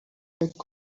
فکر